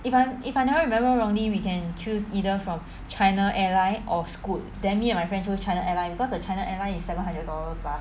if I if I never remember wrongly we can choose either from china airline or scoot then me and my friends chose china airline cause the china airline is seven hundred dollars